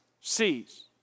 sees